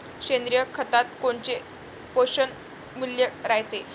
सेंद्रिय खतात कोनचे पोषनमूल्य रायते?